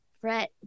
Fret